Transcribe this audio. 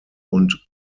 und